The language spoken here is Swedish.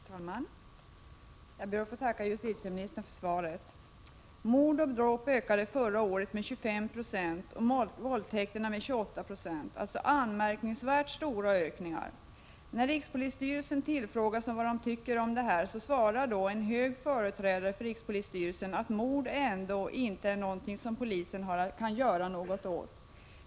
Fru talman! Jag ber att få tacka justitieministern för svaret. Mord och dråp ökade förra året med 25 96 och våldtäkterna med 28 96, alltså anmärkningsvärt stora ökningar. När rikspolisstyrelsen tillfrågas om vad man tycker om detta svarar då en hög företrädare för rikspolisstyrelsen att mord ändå inte är någonting som polisen kan göra något åt.